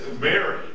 Mary